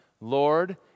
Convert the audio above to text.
Lord